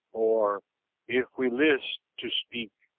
or if we list to speak,